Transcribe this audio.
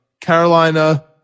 Carolina